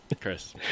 Chris